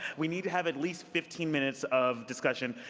we need to have at least fifteen minutes of discussion.